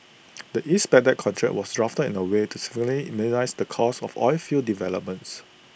the east Baghdad contract was drafted in A way to significantly minimise the cost of oilfield developments